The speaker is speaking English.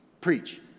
preach